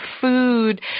food